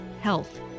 health